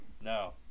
No